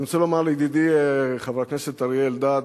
אני רוצה לומר לידידי חבר הכנסת אריה אלדד,